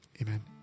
Amen